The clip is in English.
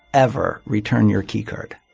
ever return your key card.